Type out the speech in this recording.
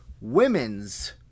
women's